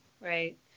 right